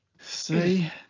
See